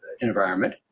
environment